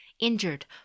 Injured